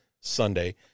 Sunday